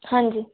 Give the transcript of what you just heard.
ਹਾਂਜੀ